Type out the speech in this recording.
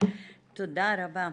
תודה רבה.